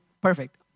perfect